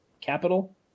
capital